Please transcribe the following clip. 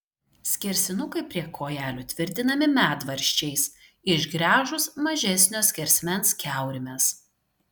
skersinukai prie kojelių tvirtinami medvaržčiais išgręžus mažesnio skersmens kiaurymes